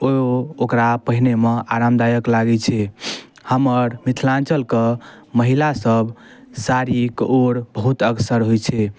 ओ ओकरा पहिरैमे आरामदायक लागै छै हमर मिथिलाञ्चलके महिलासब साड़ीके ओर बहुत अग्रसर होइ छै